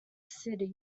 city